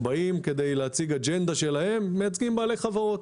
הם באים להציג אג'נדה שלהם ובעלי חברות.